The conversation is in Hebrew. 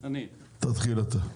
תתחיל אתה.